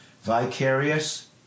Vicarious